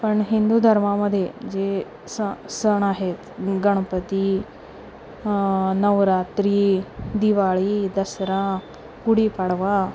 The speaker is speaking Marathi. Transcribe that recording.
पण हिंदू धर्मामध्ये जे स सण आहेत गणपती नवरात्री दिवाळी दसरा गुढीपाडवा